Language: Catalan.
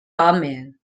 home